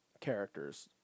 characters